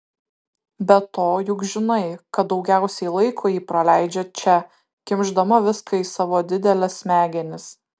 be to juk žinai kad daugiausiai laiko ji praleidžia čia kimšdama viską į savo dideles smegenis